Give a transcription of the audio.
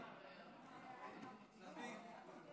כספים.